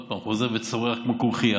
עוד פעם חוזר וצורח כמו כרוכיה.